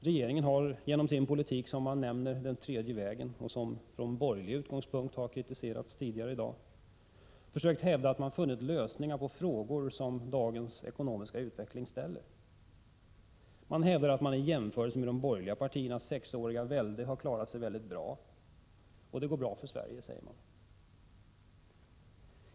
Regeringen har genom sin politik, som benämns den tredje vägens politik och som tidigare i dag har kritiserats från borgerlig utgångspunkt, försökt att hävda att man funnit lösningar på de frågor som dagens ekonomiska utveckling ger upphov till. Man hävdar att man — i jämförelse med de borgerliga partiernas sexåriga välde — har klarat sig väldigt bra. Det går bra för Sverige, säger man.